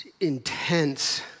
intense